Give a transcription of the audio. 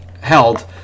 held